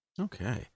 Okay